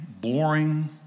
boring